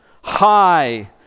High